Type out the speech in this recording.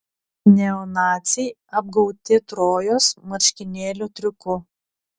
neonaciai apgauti trojos marškinėlių triuku